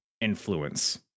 influence